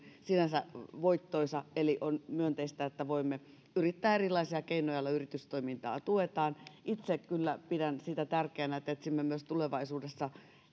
sinänsä voittoisa eli on myönteistä että voimme yrittää erilaisia keinoja joilla yritystoimintaa tuetaan itse kyllä pidän tärkeänä että etsimme myös tulevaisuudessa